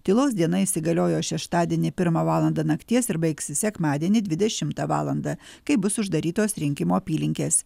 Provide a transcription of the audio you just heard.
tylos diena įsigaliojo šeštadienį pirmą valandą nakties ir baigsis sekmadienį dvidešimtą valandą kai bus uždarytos rinkimo apylinkes